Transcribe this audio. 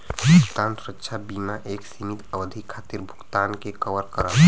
भुगतान सुरक्षा बीमा एक सीमित अवधि खातिर भुगतान के कवर करला